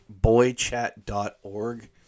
boychat.org